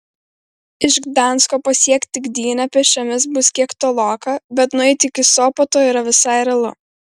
iš gdansko pasiekti gdynę pėsčiomis bus kiek toloka bet nueiti iki sopoto yra visai realu